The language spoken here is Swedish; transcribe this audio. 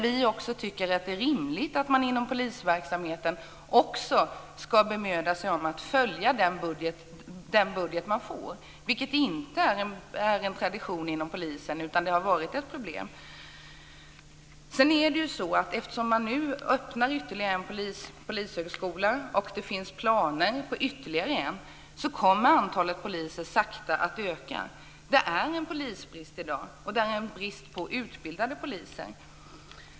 Vi tycker också att det är rimligt att man inom polisverksamheten ska bemöda sig om att följa den budget man får, vilket inte är en tradition inom polisen, utan det har varit ett problem. Eftersom man nu öppnar ytterligare en polishögskola, och det finns planer på ytterligare en, kommer antalet poliser sakta att öka. Det är polisbrist i dag och det är en brist på utbildade poliser.